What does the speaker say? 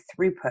throughput